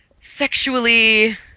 sexually